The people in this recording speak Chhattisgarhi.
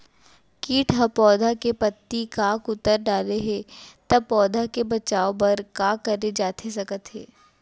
किट ह पौधा के पत्ती का कुतर डाले हे ता पौधा के बचाओ बर का करे जाथे सकत हे?